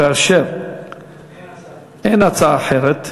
כאשר אין הצעה אחרת,